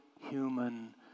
human